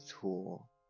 tool